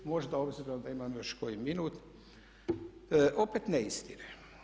Možda obzirom da imam još koji minut opet neistine.